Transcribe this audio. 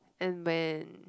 and when